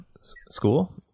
school